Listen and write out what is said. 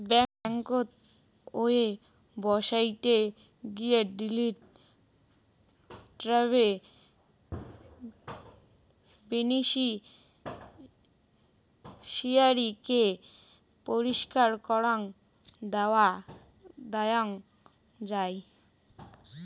ব্যাংকোত ওয়েবসাইটে গিয়ে ডিলিট ট্যাবে বেনিফিশিয়ারি কে পরিষ্কার করাং দেওয়াং যাই